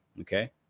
okay